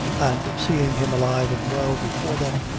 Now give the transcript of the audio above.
and seeing him alive and well before them,